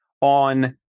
on